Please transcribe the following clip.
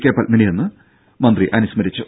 K പത്മിനിയെന്ന് മന്ത്രി അനുസ്മരിച്ചു